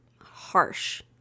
harsh